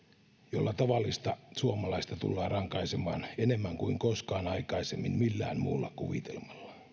jolla tavallista suomalaista tullaan rankaisemaan enemmän kuin koskaan aikaisemmin millään muulla kuvitelmalla